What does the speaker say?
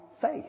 faith